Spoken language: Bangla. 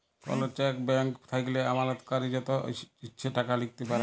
কল চ্যাক ব্ল্যান্ক থ্যাইকলে আমালতকারী যত ইছে টাকা লিখতে পারে